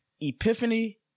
epiphany